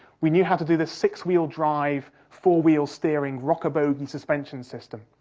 we knew how to do the six-wheel drive, four-wheel steering, rocker-bogie suspension system.